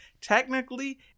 technically